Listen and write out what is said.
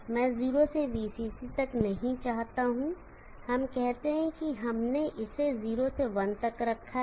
मैं 0 से VCC तक नहीं चाहता हूं हम कहते हैं कि हमने इसे 0 से 1 तक रखा है